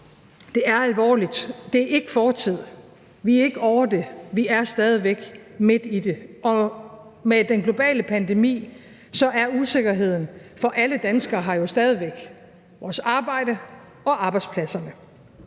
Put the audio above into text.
Det er alvorligt. Det er ikke fortid. Vi er ikke ovre det. Vi er stadig væk midt i det, og med den globale pandemi er usikkerheden for alle danskere her jo stadig væk – vores arbejde og arbejdspladserne.